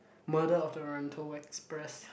Murder of the Oriental Express